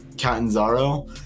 Catanzaro